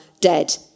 Dead